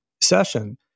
session